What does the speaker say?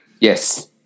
yes